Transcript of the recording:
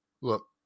Look